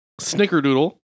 Snickerdoodle